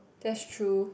that's true